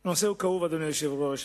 הנושא הוא כאוב, אדוני היושב-ראש.